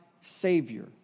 Savior